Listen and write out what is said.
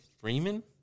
Freeman